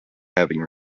having